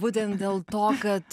būtent dėl to kad